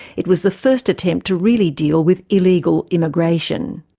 it was the first attempt to really deal with illegal immigration.